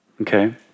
okay